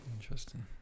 Interesting